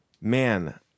Man